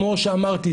כמו שאמרתי,